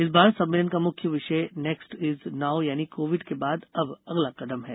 इस बार सम्मेलन का मुख्य विषय नेक्स्ट इज नाओ यानी कोविड के बाद अब अगला कदम है